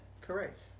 correct